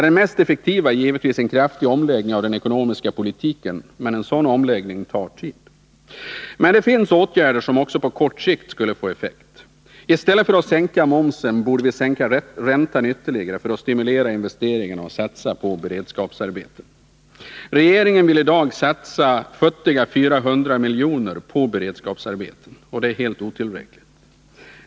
Det mest effektiva är givetvis en kraftig omläggning av den ekonomiska politiken, men en sådan omläggning tar tid. Men det finns åtgärder som även på kort sikt skulle få effekt. I stället för att sänka momsen borde vi sänka räntan ytterligare för att stimulera investeringarna och satsa på beredskapsarbeten. Regeringen vill i dag satsa futtiga 400 miljoner på beredskapsarbeten. Det är helt otillräckligt.